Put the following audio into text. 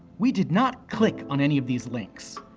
we did not click on any of these links.